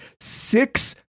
six